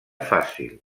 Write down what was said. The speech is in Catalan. fàcil